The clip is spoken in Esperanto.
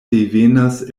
devenas